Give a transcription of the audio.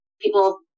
people